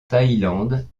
thaïlande